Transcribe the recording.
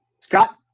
Scott